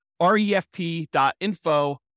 refp.info